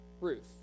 Ruth